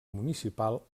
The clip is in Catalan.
municipal